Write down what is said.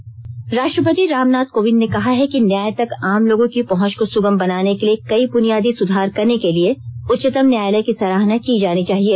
राष्ट्रपति राष्ट्रपति रामनाथ कोविंद ने कहा है कि न्याय तक आम लोगों की पहुंच को सुगम बनाने के लिए कई बुनियादी सुधार करने के लिए उच्चतम न्यायालय की सराहना की जानी चाहिए